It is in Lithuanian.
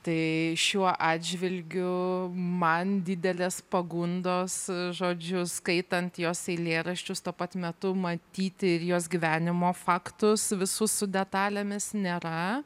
tai šiuo atžvilgiu man didelės pagundos žodžiu skaitant jos eilėraščius tuo pat metu matyti ir jos gyvenimo faktus visus su detalėmis nėra